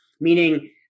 Meaning